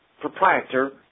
proprietor